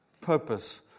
purpose